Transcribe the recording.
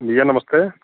भैया नमस्ते